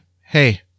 Hey